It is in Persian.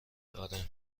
آره